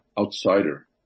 outsider